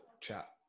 chat